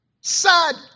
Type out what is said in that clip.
Sad